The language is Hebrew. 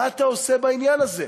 מה אתה עושה בעניין הזה?